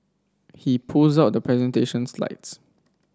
he pulls out the presentation slides